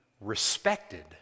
respected